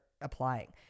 applying